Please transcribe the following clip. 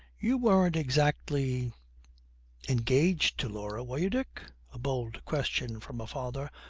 you weren't exactly engaged to laura, were you, dick a bold question from a father,